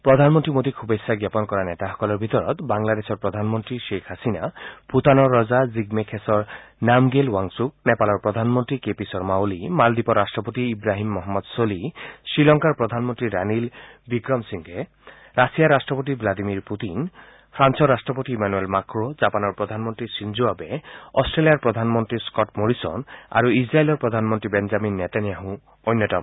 প্ৰধানমন্ত্ৰী মোদীক শুভেচ্ছা জাপন কৰা নেতাসকলৰ ভিতৰত বাংলাদেশৰ প্ৰধানমন্ত্ৰী গ্বেইখ হাছিনা ভূটানৰ ৰজা জিগমে খেছৰ নামগ্যেল বাংছুক নেপালৰ প্ৰধানমন্ত্ৰী কে পি শৰ্মা অলি মালদ্বীপৰ ৰট্টপতি ইৱাহিম মহম্মদ ছলিহ শ্ৰীলংকাৰ প্ৰধানমন্ত্ৰী ৰাণীল ৱিক্ৰমসিংঘে ৰাছিয়াৰ ৰট্টপতি ভ্লাডিমি পুটিন ফ্ৰালৰ ৰাষ্ট্ৰপতি ইমানুৱেল মাঁক্ৰ' জাপানৰ প্ৰধানমন্ত্ৰী শ্বিনজো আবে অষ্ট্ৰেলিয়াৰ প্ৰধানমন্ত্ৰী স্থট মৰিছন আৰু ইজৰাইলৰ প্ৰধানমন্ত্ৰী বেঞ্জামিন নেতান্যাছ অন্যতম